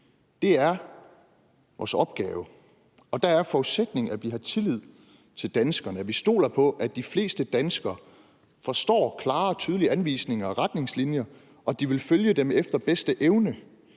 Det er vores opgave. Der er forudsætningen, at vi har tillid til danskerne, og at vi stoler på, at de fleste danskere forstår klare og tydelige anvisninger og retningslinjer, og at de vil følge dem efter bedste evne.